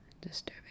disturbing